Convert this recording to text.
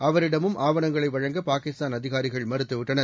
அவரிடமும் ஆவணங்களை வழங்க பாகிஸ்தான் அதிகாரிகள் மறுத்து விட்டனர்